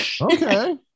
Okay